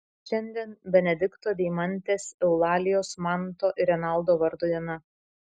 šiandien benedikto deimantės eulalijos manto ir renaldo vardo diena